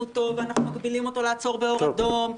אותו אנחנו מגבילים אותו לעצור באור אדום,